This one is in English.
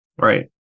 Right